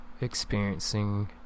experiencing